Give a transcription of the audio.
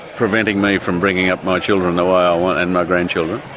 preventing me from bringing up my children the way i want and my grandchildren,